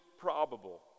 probable